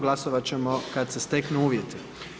Glasovat ćemo kad se steknu uvjeti.